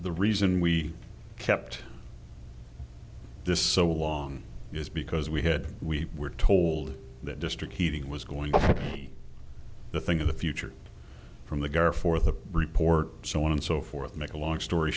the reason we kept this so long is because we had we were told that district heating was going to be the thing of the future from the guard for the report so on and so forth make a long story